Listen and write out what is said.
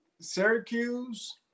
Syracuse